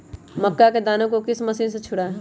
मक्का के दानो को किस मशीन से छुड़ाए?